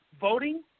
voting